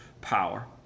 power